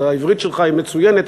העברית שלך מצוינת,